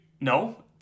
No